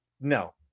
No